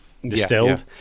distilled